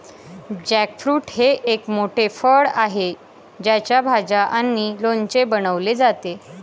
jackfruit हे एक मोठे फळ आहे ज्याच्या भाज्या आणि लोणचे बनवले जातात